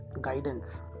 guidance